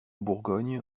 bourgogne